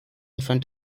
front